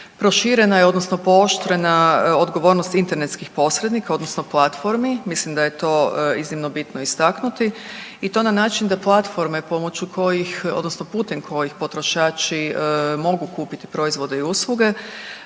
Proširena je odnosno pooštrena odgovornost internetskih posrednika odnosno platformi, mislim da je to iznimno bitno istaknuti i to na način da platforme pomoću kojih, odnosno putem kojih potrošači mogu kupiti proizvode i usluge